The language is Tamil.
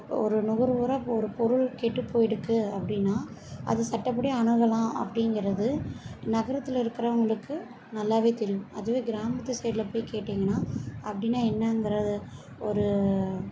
ஒரு நுகர்வோராக இப்போ ஒரு பொருள் கெட்டுப்போகிருக்கு அப்படின்னா அது சட்டப்படி அணுகலாம் அப்படிங்கறது நகரத்தில் இருக்கிறவங்களுக்கு நல்லாவே தெரியும் அதுவே கிராமத்து சைடில் போய் கேட்டிங்கனால் அப்டின்னா என்னங்கறத ஒரு